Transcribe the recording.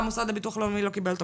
והמוסד לביטוח לאומי לא קיבל בחזרה.